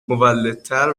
مولدتر